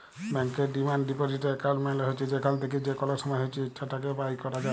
ব্যাংকের demand deposit account মালে হছে যেখাল থ্যাকে যে কল সময় ইছে টাকা বাইর ক্যরা যায়